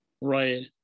right